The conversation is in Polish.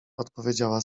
odpowiedziała